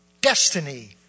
destiny